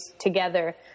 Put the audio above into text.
together